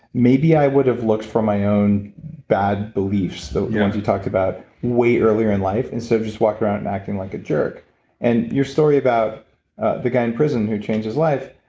maybe i would have looked for my own bad beliefs, the ones that you talked about, way earlier in life instead of just walking around and acting like a jerk and your story about the guy in prison who changed his life,